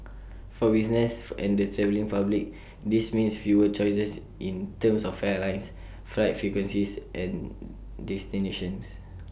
for businesses and the travelling public this means fewer choices in terms of airlines flight frequencies and destinations